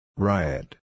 Riot